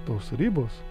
tos ribos